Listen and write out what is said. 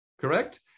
Correct